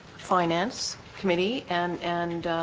finance committee and and